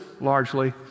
largely